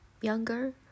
younger